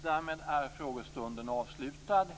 Därmed är frågestunden avslutad.